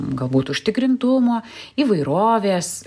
galbūt užtikrintumo įvairovės